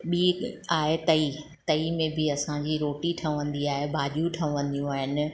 ॿी आहे तई तई में बि असांजी रोटी ठहंदी आहे भाॼियूं ठहंदियूं आहिनि